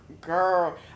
girl